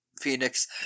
Phoenix